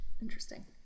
interesting